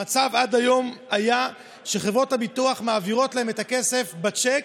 המצב עד היום היה שחברות הביטוח מעבירות להם את הכסף בצ'ק,